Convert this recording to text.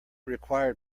required